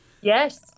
Yes